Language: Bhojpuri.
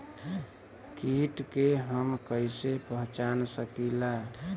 कीट के हम कईसे पहचान सकीला